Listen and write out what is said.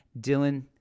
Dylan